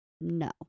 No